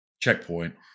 checkpoint